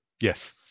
Yes